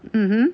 mmhmm